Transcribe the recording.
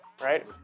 right